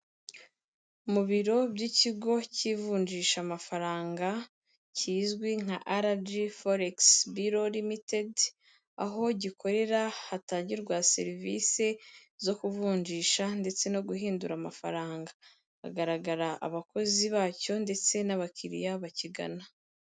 Mu biro by'ikigo cy'ivunjishamafaranga kizwi nka RG Foregis biro limitedi, aho gikorera hatangirwa serivisi zo ku kuvunjisha ndetse no guhindura amafaranga, hagaragara abakozi bacyo ndetse n'abakiriya bakigana.